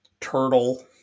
turtle